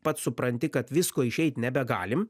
pats supranti kad visko išeit nebegalim